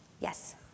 Yes